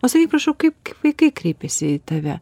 o sakyk prašau kaip kaip vaikai kreipiasi į tave